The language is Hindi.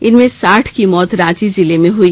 इनमें साठ की मौत रांची जिले में हई